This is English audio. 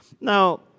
now